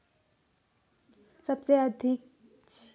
सबसे अच्छा चारा कौन सा है?